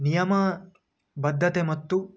ನಿಯಮ ಬದ್ಧತೆ ಮತ್ತು